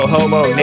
Homo